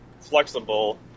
flexible